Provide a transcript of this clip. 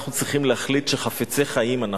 אנחנו צריכים להחליט שחפצי חיים אנחנו.